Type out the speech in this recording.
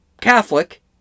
Catholic